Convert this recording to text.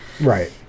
Right